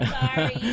sorry